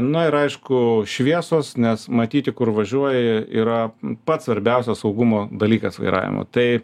na ir aišku šviesos nes matyti kur važiuoji yra pats svarbiausias saugumo dalykas vairavimo tai